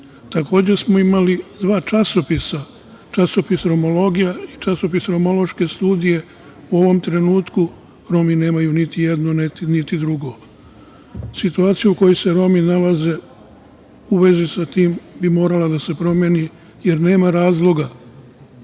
smo imali dva časopisa, časopis „Romologija“ i časopis „Romološke studije“. U ovom trenutku Romi nemaju niti jedno, niti drugo. Situacija u kojoj se Romi nalaze u vezi sa tim, bi morala da se promeni, jer nema razloga,